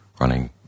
running